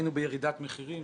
היינו בירידת מחירים.